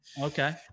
Okay